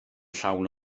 llawn